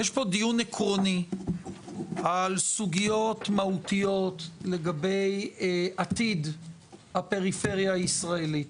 יש פה דיון עקרוני על סוגיות מהותיות לגבי עתיד הפריפריה הישראלית.